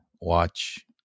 watch